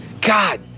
God